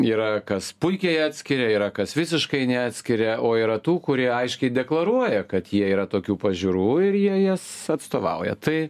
yra kas puikiai atskiria yra kas visiškai neatskiria o yra tų kurie aiškiai deklaruoja kad jie yra tokių pažiūrų ir jie jas atstovauja tai